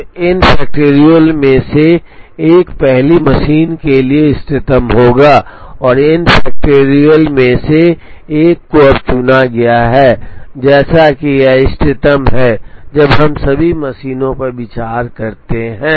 तो n factorial में से 1 पहली मशीन के लिए इष्टतम होगा और n factorial में से 1 को अब चुना गया है जैसे कि यह इष्टतम है जब हम सभी मशीनों पर विचार करते हैं